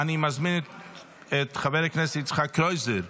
אני מזמין את חבר הכנסת יצחק קרויזר,